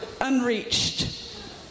unreached